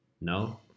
No